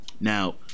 now